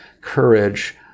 courage